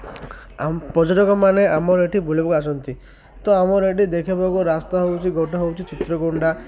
ଆମ ପର୍ଯ୍ୟଟକମାନେ ଆମର ଏଠି ବୁଲିବାକୁ ଆସନ୍ତି ତ ଆମର ଏଠି ଦେଖିବାକୁ ରାସ୍ତା ହେଉଛି ଗୋଟେ ହେଉଛି ଚିତ୍ରକୁଣ୍ଡା